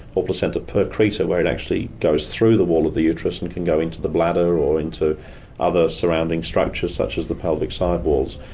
or placenta percreta where it actually goes through the wall of the uterus and can go into the bladder or into other surrounding structures such as the pelvic side walls.